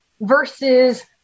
versus